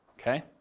Okay